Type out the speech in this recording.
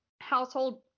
household